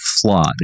flawed